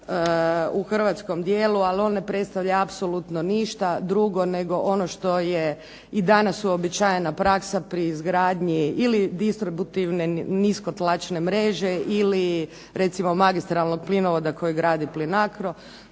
u hrvatskom dijelu, ali on ne predstavlja apsolutno ništa drugo nego ono što je i danas uobičajena praksa pri izgradnji ili distributivne niskotlačne mreže ili recimo magistralnog plinovoda kojeg gradi "Plinacro".